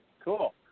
Cool